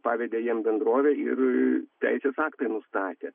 pavedė jiem bendrovė ir teisės aktai nustatė